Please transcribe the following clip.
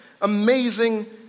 amazing